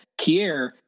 Kier